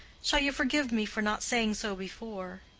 shall you forgive me for not saying so before?